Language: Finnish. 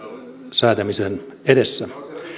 säätämisen edessä